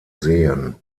sehen